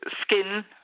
skin